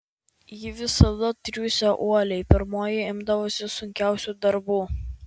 ji visada triūsė uoliai pirmoji imdavosi sunkiausių darbų